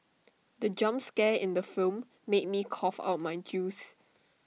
the jump scare in the film made me cough out my juice